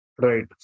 Right